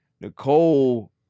Nicole